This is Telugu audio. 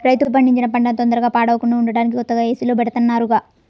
రైతు పండించిన పంటన తొందరగా పాడవకుండా ఉంటానికి కొత్తగా ఏసీల్లో బెడతన్నారుగా